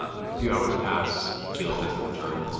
a few hours pass. keyleth hasn't returned.